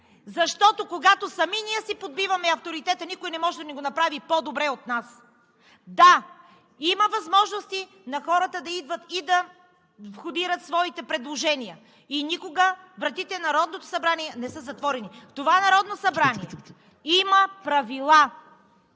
Защото когато сами ние си подбиваме авторитета, никой не може да го направи по-добре от нас! Да, има възможности хората да идват и да входират своите предложения. Никога вратите на Народното събрание не са затворени. В това Народно събрание има правила!